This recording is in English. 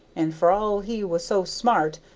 and for all he was so smart,